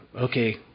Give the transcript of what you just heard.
okay